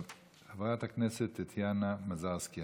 חברת הכנסת טטיאנה מזרסקי.